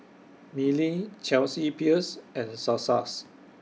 Mili Chelsea Peers and Sasa's